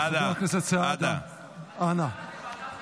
חבר הכנסת סעדה, אנא.